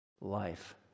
life